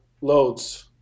loads